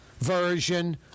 version